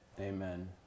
Amen